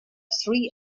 three